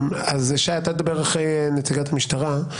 שי, אתה תדבר אחרי נציגת המשטרה.